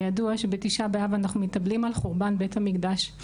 וידוע שבתשעה באב אנחנו מתאבלים על חורבן בית המקדש.